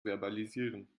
verbalisieren